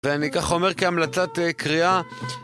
ואני כך אומר כהמלצת קריאה